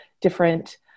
different